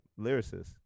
lyricists